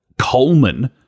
Coleman